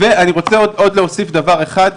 אני רוצה להוסיף עוד דבר אחד,